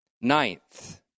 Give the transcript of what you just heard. Ninth